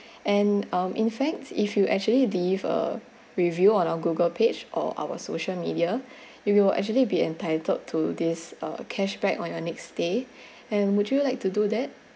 and um in fact if you actually leave a review on our Google page or our social media you will actually be entitled to this uh cashback on your next stay and would you like to do that